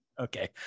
Okay